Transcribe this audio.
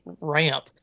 ramp